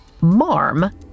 Marm